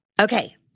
Okay